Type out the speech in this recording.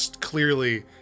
clearly